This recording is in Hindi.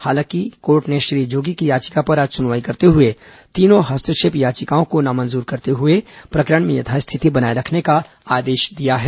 हालांकि कोर्ट ने श्री जोगी की याचिका पर आज सुनवाई करते हुए तीनों हस्तक्षेप याचिकाओं को नामंजूर करते हुए प्रकरण में यथास्थिति बनाए रखने का आदेश दिया है